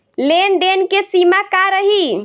लेन देन के सिमा का रही?